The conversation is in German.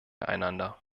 einander